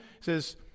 says